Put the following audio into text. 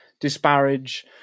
disparage